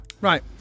Right